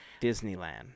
disneyland